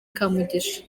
kamugisha